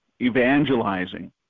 evangelizing